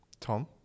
Tom